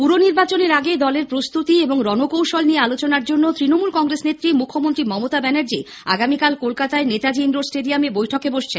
পুর নির্বাচনের আগে দলের প্রস্তুতি এবং রণকৌশল নিয়ে আলোচনার জন্য ত্রনমূল কংগ্রেস নেত্রী মুখ্যমন্ত্রী মমতা ব্যানার্জী আগামীকাল কলকাতার নেতাজী ইন্ডোর স্টেডিয়ামে বৈঠকে বসছেন